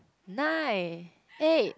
nine eight